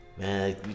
Man